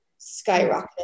skyrocketed